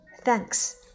thanks